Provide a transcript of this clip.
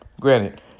granted